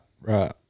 right